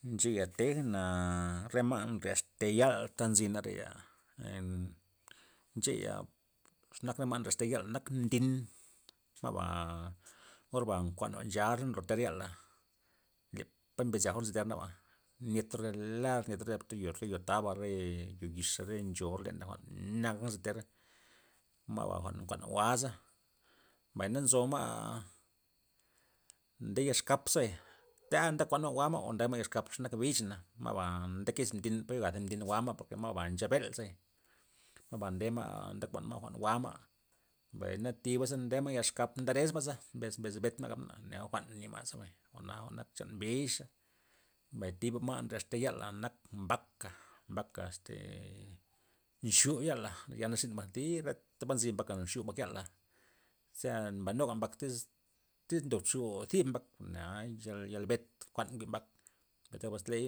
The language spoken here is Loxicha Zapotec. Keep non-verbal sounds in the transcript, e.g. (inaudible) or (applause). Ncheya' tejna re ma' nryaxte yal ta nzina teya (hesitation) ncheya, ze nak re ma' ta naxte yal nak mdin' ma'ba orba nkuan jwa'n nchaar nryoter yala', le pa mbes yagor nzyter naba, nyet relar nyet re yo- yo taba re yo yixa' chon lena' niaga nzyter ma'na nkuan jwa'n jwa'za, mbay na nzo ma' nde ya xkapze' ta nde kuanma' jwa'n jwa'ma nda ma' yexkap ze nak bixa ma'ba ndeke xis mbin, yaga thi mbin jwa'ma porke ma'ba ncha bel, ma'ba ndema' nde kuanma' jwa'n jwa'ma, mbay na thiba nde ma'za ya exkap nde resma'za mbes betma' gab menza, neo ke jwa'n nyema' zabay, jwa'na nak chan bix, mbay thiba may naxte' yala' nak mbaka', mbaka este nxu yala jwa'na dib yala reta po nzy mbaka nxu' mbak ya'la ze'a mbay nuga mbak iz ndob xu zib mbak ne'a nchal bet, jwa'n njwi mbak tasmod ley,